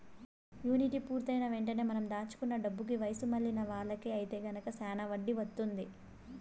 annuity పూర్తయిన వెంటనే మనం దాచుకున్న డబ్బుకి వయసు మళ్ళిన వాళ్ళకి ఐతే గనక శానా వడ్డీ వత్తుంది